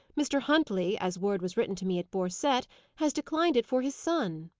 mr. huntley as word was written to me at borcette has declined it for his son.